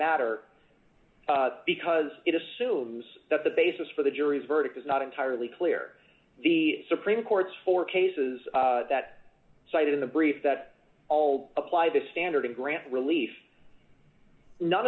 matter because it assumes that the basis for the jury's verdict is not entirely clear the supreme court's four cases that cited in the brief that all apply the standard grant relief none